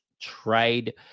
trade